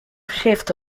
shifts